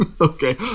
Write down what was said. okay